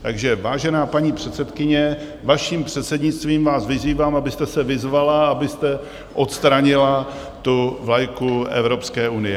Takže vážená paní předsedkyně, vaším předsednictvím, vyzývám vás, abyste se vyzvala, abyste odstranila tu vlajku Evropské unie.